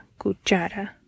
cuchara